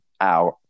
out